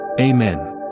Amen